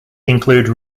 include